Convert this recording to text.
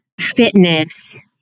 fitness